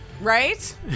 Right